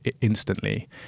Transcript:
instantly